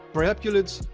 priapulids,